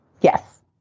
Yes